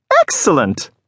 Excellent